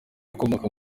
ukomoka